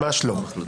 ממש לא.